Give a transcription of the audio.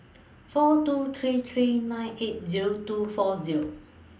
four two three three nine eight Zero two four Zero